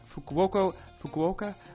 Fukuoka